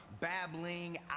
babbling